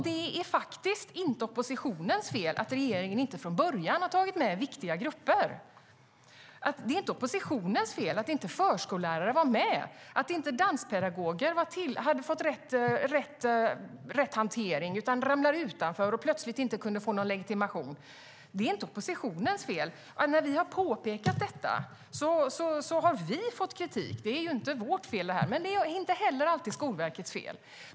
Det är inte oppositionens fel att regeringen från början inte tagit med viktiga grupper. Det är inte oppositionens fel att förskollärare inte var med och att danspedagoger inte hade fått rätt hantering utan hamnade utanför och plötsligt inte kunde få någon legitimation. Det är inte oppositionens fel. När vi har påpekat det har vi fått kritik, men det är som sagt inte vårt fel men inte heller alltid Skolverkets fel.